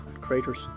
craters